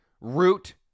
root